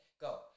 Go